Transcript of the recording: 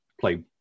play